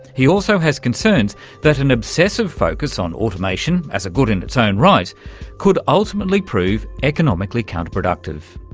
he also has concerns that an obsessive focus on automation as a good in its own right could ultimately prove economically counterproductive.